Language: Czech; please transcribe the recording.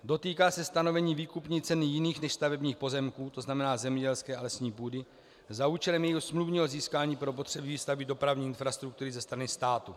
Dotýká se stanovení výkupní ceny jiných než stavebních pozemků, to znamená zemědělské a lesní půdy, za účelem jejího smluvního získání pro potřeby výstavby dopravní infrastruktury ze strany státu.